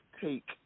take